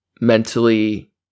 mentally